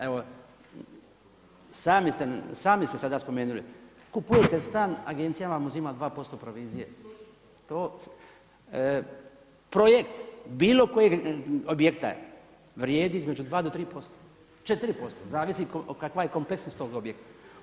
Evo, sami ste sada spomenuli, kupujete stan, agencija vam uzima 2% provizije, projekt bilo kojeg objekta vrijedi između 2 do 3%, 4%, zavisi kakva je kompleksnost tog objekta.